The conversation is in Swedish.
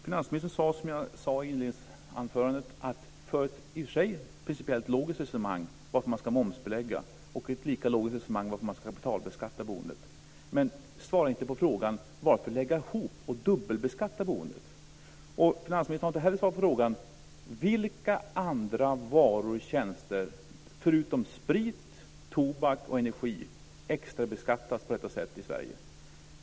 Finansministern för, som jag sade i inledningsanförandet, ett i och för sig principiellt logiskt resonemang om varför man ska momsbelägga och ett lika logiskt resonemang om varför man ska kapitalbeskatta boendet men svarar inte på frågan varför man ska lägga ihop och dubbelbeskatta boendet. Finansministern har inte heller svarat på frågan: Vilka andra varor och tjänster förutom sprit, tobak och energi extrabeskattas på detta sätt i Sverige?